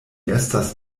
estas